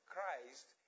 Christ